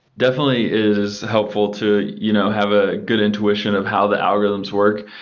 definitely is helpful to you know have a good intuition of how the algorithms work,